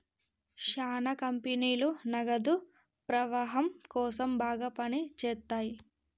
శ్యానా కంపెనీలు నగదు ప్రవాహం కోసం బాగా పని చేత్తయ్యి